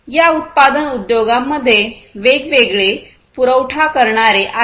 या उत्पादन उद्योगांमध्ये वेगवेगळे पुरवठा करणारे आहेत